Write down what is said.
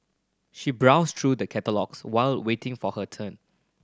she browsed through the catalogues while waiting for her turn